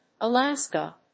Alaska